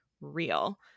real